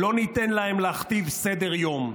לא ניתן להם להכתיב סדר-יום.